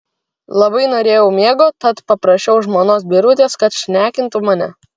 labai norėjau miego tad paprašiau žmonos birutės kad šnekintų mane